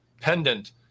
pendant